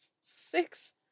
six